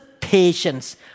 patience